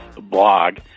blog